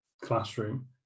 classroom